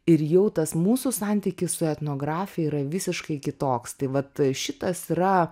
ir jau tas mūsų santykis su etnografija yra visiškai kitoks tai vat šitas yra